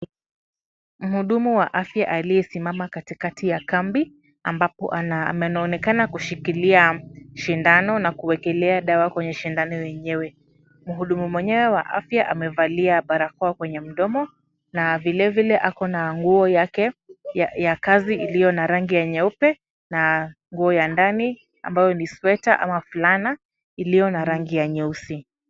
Mhudumu wa afya aliyesimama katikati ya kambi ambapo anaonekana kushikilia sindano na kuwekelea dawa kwenye sindano yenyewe, mhudumu mwenyewe wa afya amevalia barakoa kwenye mdomo na vile vile ako na nguo yake ya kazi iliyo na rangi nyeupe na nguo ya ndani ambayo ni sweta ama fulana iliyo na rangi ya nyeusi.